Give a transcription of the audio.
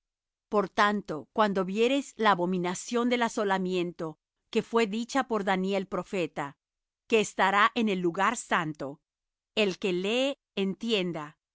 por tanto cuando viereis la abominación del asolamiento que fué dicha por daniel profeta que estará en el lugar santo el que lee entienda entonces los que